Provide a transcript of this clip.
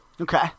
Okay